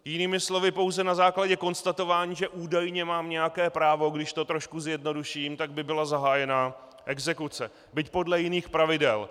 Jinými slovy, pouze na základě konstatování, že údajně mám nějaké právo, když to trošku zjednoduším, by byla zahájena exekuce, byť podle jiných pravidel.